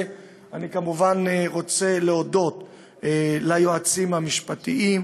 אני כמובן רוצה להודות ליועצים המשפטיים: